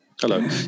Hello